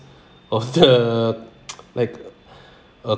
of the like a